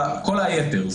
כל היתר,